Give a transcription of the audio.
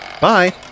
Bye